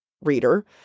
reader